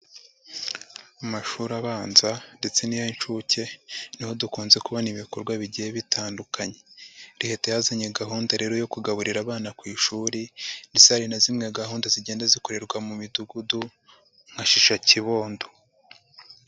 Amashuri abanza ndetse n'ay'inshuke ni ho dukunze kubona ibikorwa bigiye bitandukanye, Leta yazanye gahunda rero yo kugaburira abana ku ishuri ndetse hari na zimwe gahunda zigenda zikorerwa mu midugudu nka Shisha kibondo.